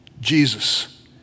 Jesus